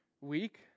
week